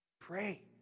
pray